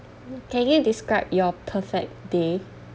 can you describe your perfect day